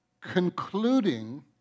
Concluding